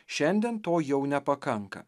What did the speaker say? šiandien to jau nepakanka